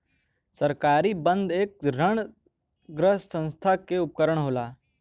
सरकारी बन्ध एक ऋणग्रस्तता के उपकरण होला